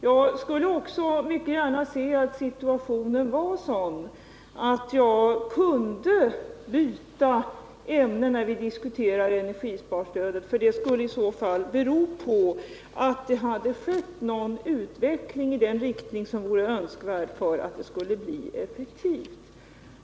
Jag skulle också mycket gärna se att situationen var sådan att jag kunde byta ämne när vi diskuterar energisparstödet. Det skulle nämligen i så fall bero på att det har skett en utveckling i den riktning som är önskvärd för att stödet skall bli effektivt.